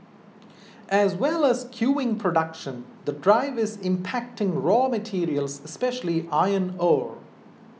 as well as skewing production the drive is impacting raw materials especially iron ore